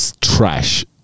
trash